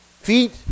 Feet